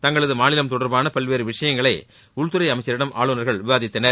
தங்களது மாநிலம் தொடர்பாக பல்வேறு விஷயங்களை உள்துறை அமைச்சரிடம் ஆளுனர்கள் விவாதித்தனர்